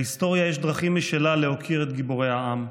להיסטוריה יש דרכים משלה להוקיר את גיבורי העם.